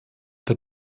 der